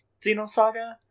Xenosaga